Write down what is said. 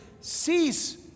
Cease